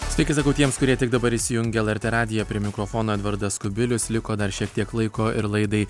sveiki sakau tiems kurie tik dabar įsijungė lrt radiją prie mikrofono edvardas kubilius liko dar šiek tiek laiko ir laidai